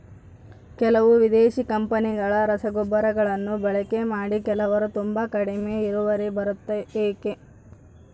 ಕೆಲವು ವಿದೇಶಿ ಕಂಪನಿಗಳ ರಸಗೊಬ್ಬರಗಳನ್ನು ಬಳಕೆ ಮಾಡಿ ಕೆಲವರು ತುಂಬಾ ಕಡಿಮೆ ಇಳುವರಿ ಬರುತ್ತೆ ಯಾಕೆ?